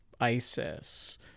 ISIS